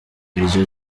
iryo